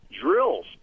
drills